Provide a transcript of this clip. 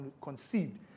conceived